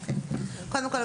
קודם כל,